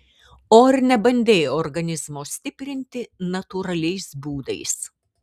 o ar nebandei organizmo stiprinti natūraliais būdais